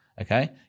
Okay